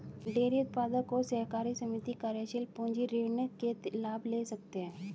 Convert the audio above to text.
dairy उत्पादक और सहकारी समिति कार्यशील पूंजी ऋण के लाभ ले सकते है